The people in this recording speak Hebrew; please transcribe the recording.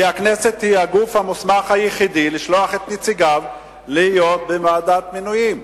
כי הכנסת היא הגוף המוסמך היחיד לשלוח את נציגיו להיות בוועדת מינויים.